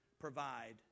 provide